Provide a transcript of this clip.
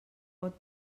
pot